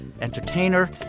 entertainer